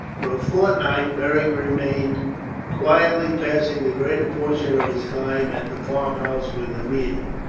for a fortnight beric remained quietly passing the greater portion of his time at the farmhouse with aemilia.